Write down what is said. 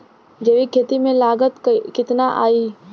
जैविक खेती में लागत कितना आई?